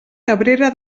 cabrera